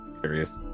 curious